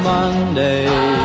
Monday